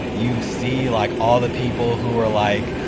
you see like all the people who were like,